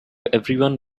everyone